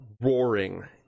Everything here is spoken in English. roaring